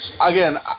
again